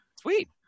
Sweet